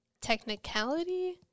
technicality